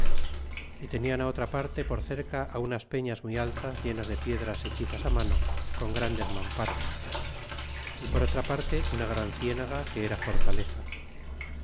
y tenian otra parte por cerca unas peñas muy altas llenas de piedras hechizas á mano con grandes mampards y por otra parte una gran cienaga que era fortaleza